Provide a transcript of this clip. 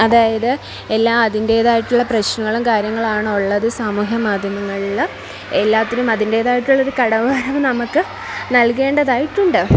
അതായത് എല്ലാ അതിൻ്റേതായിട്ടുള്ള പ്രശ്നങ്ങളും കാര്യങ്ങളാണ് ഉള്ളത് സാമൂഹ മാധ്യമങ്ങളിൽ എല്ലാത്തിനും അതിൻ്റേതായിട്ടുള്ള ഒരു കടമ നമ്മൾക്ക് നൽകേണ്ടതായിട്ടുണ്ട്